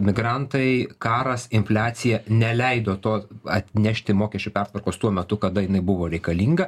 migrantai karas infliacija neleido to atnešti mokesčių pertvarkos tuo metu kada jinai buvo reikalinga